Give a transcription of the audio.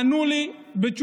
ענו לי בתשובתם,